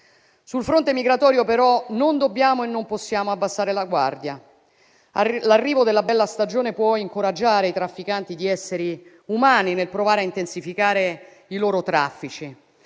Sul fronte migratorio, però, non dobbiamo e non possiamo abbassare la guardia. L'arrivo della bella stagione può incoraggiare i trafficanti di esseri umani nel provare a intensificare i loro traffici.